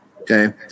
okay